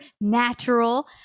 natural